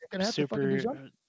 super